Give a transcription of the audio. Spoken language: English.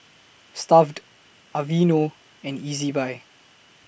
Stuff'd Aveeno and Ezbuy